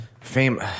Fame